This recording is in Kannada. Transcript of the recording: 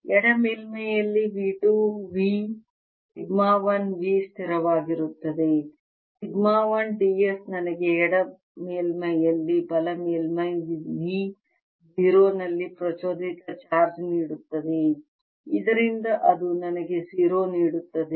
ಎಡ ಮೇಲ್ಮೈಯಲ್ಲಿ V 2 V ಸಿಗ್ಮಾ 1 V ಸ್ಥಿರವಾಗಿರುತ್ತದೆ ಸಿಗ್ಮಾ 1 d s ನನಗೆ ಎಡ ಮೇಲ್ಮೈಯಲ್ಲಿ ಬಲ ಮೇಲ್ಮೈ V 0 ನಲ್ಲಿ ಪ್ರಚೋದಿತ ಚಾರ್ಜ್ ನೀಡುತ್ತದೆ ಇದರಿಂದ ಅದು ನನಗೆ 0 ನೀಡುತ್ತದೆ